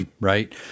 Right